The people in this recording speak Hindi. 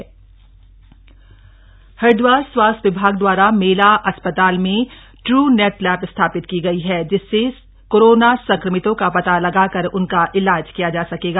इने मशीन हरिदवार स्वास्थ्य विभाग दवारा मेला अस्पताल में इनेट मशीन स्थापित की गई है जिससे कोरोना संक्रमितों का पता लगाकर उनका इलाज किया जा सकेगा